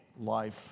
life